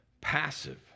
passive